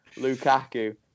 Lukaku